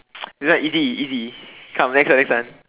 this one easy easy come next one next one